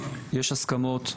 יש הסכמות,